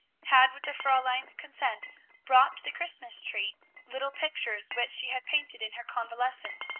had with the fraulein's consent brought to the christmas-tree little pictures which she had painted in her convalescence,